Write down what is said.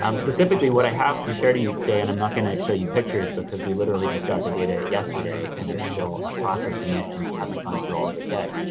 um specifically what i have to share to you today and i'm not gonna gonna show you pictures because we literally just got the data yesterday and are still ah processing it and haven't gone through all of it yet.